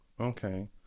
okay